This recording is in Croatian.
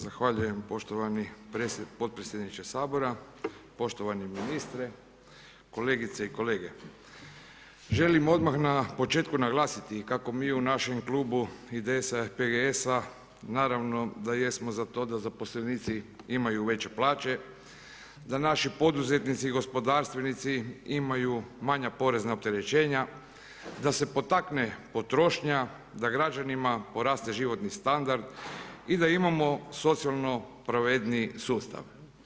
Zahvaljujem poštovani podpredsjedniče Sabora, poštovani ministre, kolegice i kolege, želim odmah na početku naglasiti kako mi u našem Klubu IDS-a, PGS-a naravno da jesmo za to da zaposlenici imaju veće plaće, da naši poduzetnici i gospodarstvenici imaju manja porezna opterećenja, da se potakne potrošnja, da građanima poraste životni standard i da imamo socijalno pravedniji sustav.